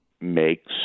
makes